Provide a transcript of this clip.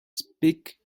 speak